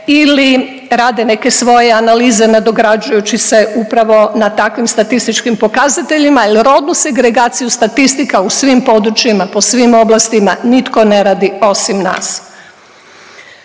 ili rade neke svoje analize nadograđujući se upravo na takvim statističkim pokazateljima jer rodnu segregaciju statistika u svim područjima, po svim oblastima nitko ne radi osim nas.